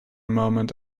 moment